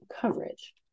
coverage